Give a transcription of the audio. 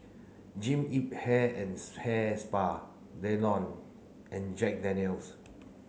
Jean Yip Hair and Hair Spa Danone and Jack Daniel's